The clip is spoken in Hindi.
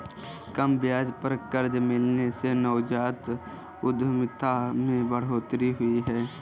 कम ब्याज पर कर्ज मिलने से नवजात उधमिता में बढ़ोतरी हुई है